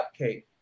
cupcake